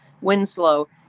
Winslow